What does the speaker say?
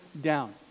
down